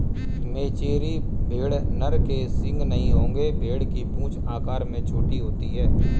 मेचेरी भेड़ नर के सींग नहीं होंगे भेड़ की पूंछ आकार में छोटी होती है